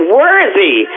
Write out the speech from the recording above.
worthy